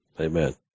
Amen